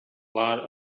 lot